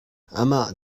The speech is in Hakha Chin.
amah